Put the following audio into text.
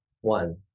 One